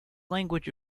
language